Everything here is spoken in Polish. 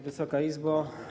Wysoka Izbo!